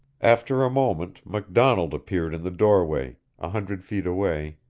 after a moment mcdonald appeared in the doorway, a hundred feet away,